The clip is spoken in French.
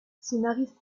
scénariste